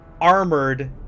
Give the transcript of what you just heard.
armored